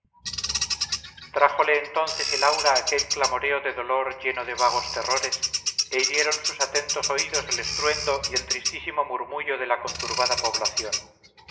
trájole entonces el aura aquel clamoreo de dolor lleno de vagos terrores e hirieron sus atentos oídos el estruendo y el tristísimo murmullo de la conturbada población